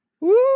Woo